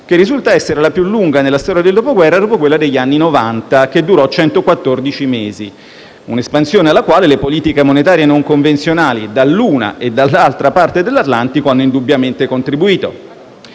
che risulta essere la più lunga nella storia del Dopoguerra dopo quella degli anni Novanta, che durò 114 mesi, e alla quale le politiche monetarie non convenzionali dall'una e dall'altra parte dell'Atlantico hanno indubbiamente contribuito.